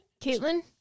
Caitlin